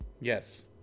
Yes